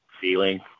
feeling